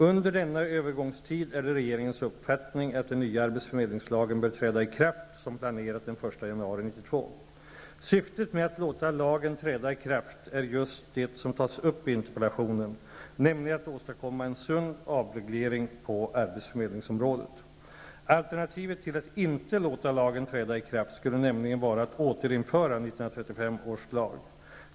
Under denna övergångstid är det regeringens uppfattning att den nya arbetsförmedlingslagen bör träda i kraft som planerat den 1 januari 1992. Syftet med att låta lagen träda i kraft är just det som tas upp i interpellationen, nämligen att åstadkomma en sund avreglering på arbetsförmedlingsområdet. Alternativet till att inte låta lagen träda i kraft skulle nämligen vara att återinföra 1935 års lag.